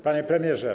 Panie Premierze!